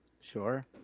Sure